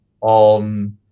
on